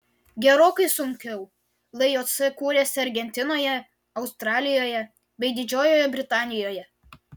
gerokai sunkiau ljs kūrėsi argentinoje australijoje bei didžiojoje britanijoje